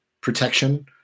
protection